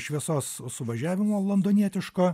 šviesos suvažiavimo londonietiško